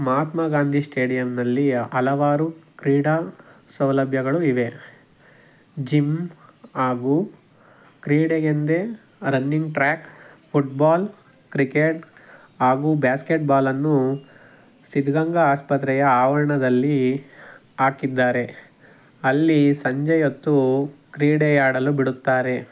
ಮಹಾತ್ಮ ಗಾಂಧಿ ಸ್ಟೇಡಿಯಂನಲ್ಲಿ ಹಲವಾರು ಕ್ರೀಡಾ ಸೌಲಭ್ಯಗಳು ಇವೆ ಜಿಮ್ ಹಾಗೂ ಕ್ರೀಡೆಗೆಂದೇ ರನ್ನಿಂಗ್ ಟ್ರ್ಯಾಕ್ ಫುಟ್ಬಾಲ್ ಕ್ರಿಕೆಟ್ ಹಾಗೂ ಬ್ಯಾಸ್ಕೆಟ್ ಬಾಲನ್ನು ಸಿದ್ಧಗಂಗಾ ಆಸ್ಪತ್ರೆಯ ಆವರಣದಲ್ಲಿ ಹಾಕಿದ್ದಾರೆ ಅಲ್ಲಿ ಸಂಜೆ ಹೊತ್ತು ಕ್ರೀಡೆ ಆಡಲು ಬಿಡುತ್ತಾರೆ